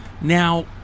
Now